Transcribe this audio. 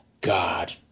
God